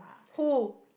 who